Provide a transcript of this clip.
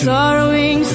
Sorrowing